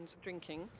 drinking